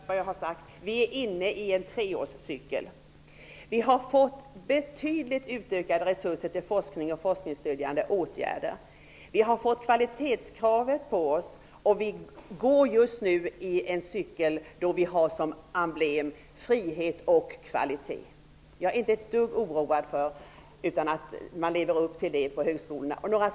Herr talman! Jag upprepar vad jag har sagt. Vi är inne i en treårscykel. Vi har fått betydligt utökade resurser till forskning och forskningsstödjande åtgärder. Vi har fått ett kvalitetskrav på oss. Just nu är vi inne i en cykel där vi har som emblem: frihet och kvalitet. Jag är inte ett dugg oroad för att man inte skall leva upp till det på högskolorna.